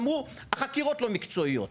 אמרו שהחקירות לא מקצועיות.